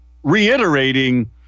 reiterating